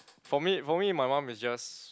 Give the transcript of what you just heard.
for me for me my mum is just